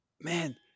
Man